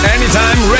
Anytime